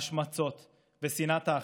השמצות ושנאת האחר,